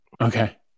Okay